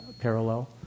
parallel